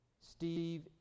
Steve